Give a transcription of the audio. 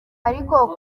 ariko